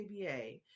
ABA